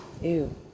ew